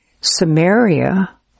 Samaria